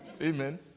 Amen